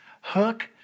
hook